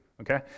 okay